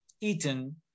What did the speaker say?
eaten